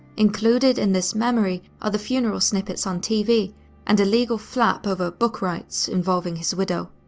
included in this memory are the funeral snippets on tv and a legal flap over book rights involving his widow.